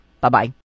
Bye-bye